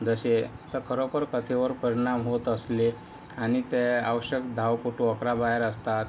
जसे खरोखर कथेवर परिणाम होत असले आणि ते औषध धावपटू वापरा बाहेर असतात